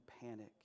panic